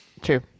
True